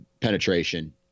penetration